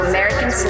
American